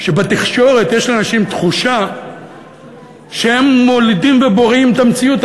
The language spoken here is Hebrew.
שבתקשורת יש לאנשים תחושה שהם מולידים ובוראים את המציאות,